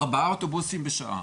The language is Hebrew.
ארבעה אוטובוסים בשעה.